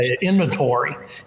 inventory